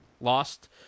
lost